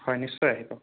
হয় নিশ্চয় আহিব